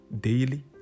daily